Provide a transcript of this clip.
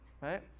right